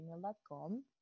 gmail.com